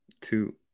two